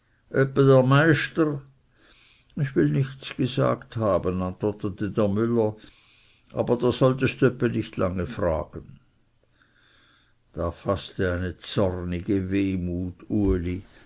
ich will nichts gesagt haben antwortete der müller aber da solltest öppe nicht lange fragen da faßte eine zornige wehmut uli